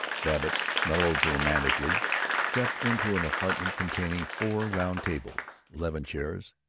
babbitt melodramatically crept into an apartment containing four round tables, eleven chairs,